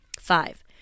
Five